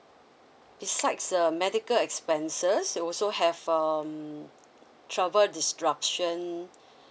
besides uh medical expenses it also have um travel disruption